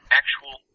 actual